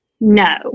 no